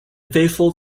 faithful